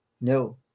No